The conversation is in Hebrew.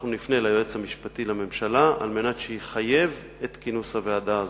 אנחנו נפנה אל היועץ המשפטי לממשלה על מנת שיחייב את כינוס הוועדה הזאת,